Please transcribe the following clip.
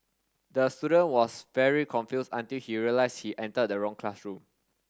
the student was very confused until he realized he entered the wrong classroom